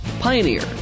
Pioneer